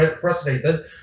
frustrated